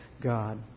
God